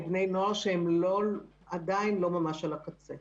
הן לבני נוער שעדיין לא ממש על הקצה.